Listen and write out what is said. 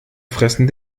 fressen